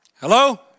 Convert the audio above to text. Hello